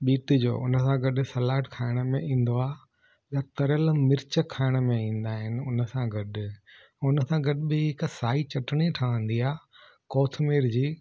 beet जो उन सां गॾु सलाद खाइण में ईंदो आहे या तरियल मिर्च खाइण में ईंदा आहिनि उन सां गॾु उन सां गॾु ॿी हिकु साई चटिणी ठहंदी आहे कोथमीर जी